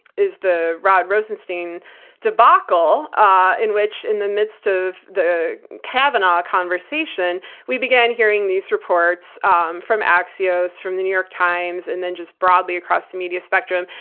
is the rod rosenstein debacle. ah in which, in the midst of the kavanaugh conversation, we began hearing these reports um from axios, from the new york times, and then just broadly across the media spectrum,